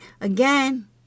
Again